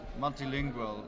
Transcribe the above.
multilingual